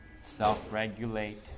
self-regulate